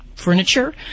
furniture